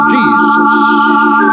Jesus